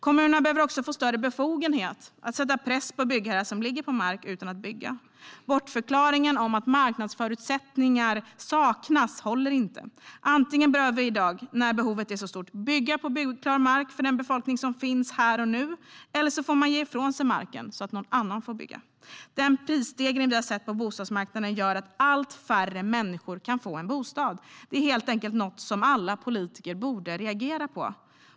Kommunerna behöver också få större befogenheter att sätta press på byggherrar som ligger på mark utan att bygga. Bortförklaringen att marknadsförutsättningar saknas håller inte. Antingen bör man i dag, när behovet är så stort, bygga på byggklar mark för den befolkning som finns här och nu eller så får man ge ifrån sig marken så att någon annan får bygga. Den prisstegring vi har sett på bostadsmarknaden gör att allt färre människor kan få en bostad. Det är helt enkelt något som alla politiker borde reagera på.